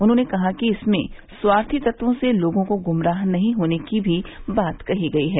उन्होंने कहा कि इसमें स्वार्थी तत्वों से लोगों को गुमराह नहीं होने की भी बात कही गई है